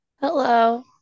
Hello